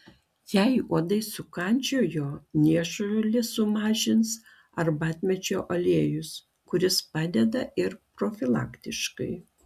jei uodai sukandžiojo niežulį sumažins arbatmedžio aliejus kuris padeda ir profilaktiškai